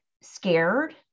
scared